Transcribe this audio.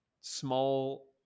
small